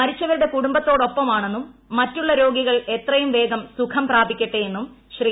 മരിച്ചവരുടെ കുടുംബത്തോടൊപ്പമാണെന്നും മറ്റുള്ള രോഗികൾ എത്രയും വേഗം സുഖം പ്രാപിക്കട്ടെയെന്നും ശ്രീ